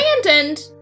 abandoned